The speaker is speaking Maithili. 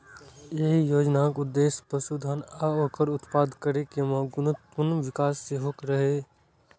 एहि योजनाक उद्देश्य पशुधन आ ओकर उत्पाद केर गुणवत्तापूर्ण विकास सेहो रहै